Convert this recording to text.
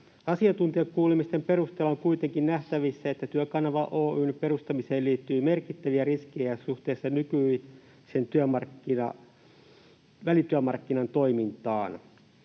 Asiantuntijakuulemisten perusteella on kuitenkin nähtävissä, että Työkanava Oy:n perustamiseen liittyy merkittäviä riskejä suhteessa nykyisen välityömarkkinan toimintaan.